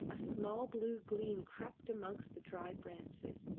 a small blue gleam crept amongst the dry branches,